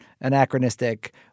anachronistic